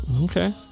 Okay